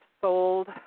sold